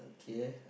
okay